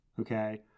okay